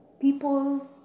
people